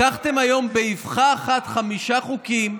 לקחתם היום באבחה אחת חמישה חוקים,